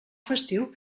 festiu